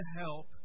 help